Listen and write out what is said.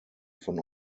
von